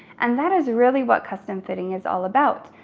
and that is really what custom fitting is all about,